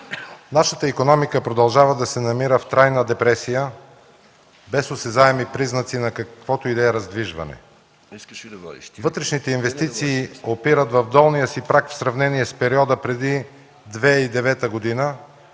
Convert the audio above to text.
Нашата икономика продължава да се намира в трайна депресия без осезаеми признаци на каквото и да е раздвижване. Вътрешните инвестиции опират в долния си праг в сравнение с периода преди 2009 г.,